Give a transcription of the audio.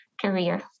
career